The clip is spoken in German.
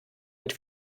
mit